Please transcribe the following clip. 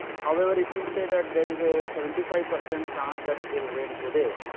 however, if we say that there is a seventy five percent chance that it will rain today,